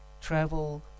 travel